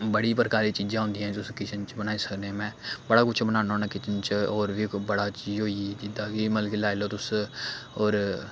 बड़ी प्रकारी दी चीजां होंदियां तुस किचन च बनाई सकने में बड़ा कुछ बनाना होन्ना किचन च होर बी बड़ा चीज़ होई गेई जिद्दां कि मतलब कि लाई लैओ तुस होर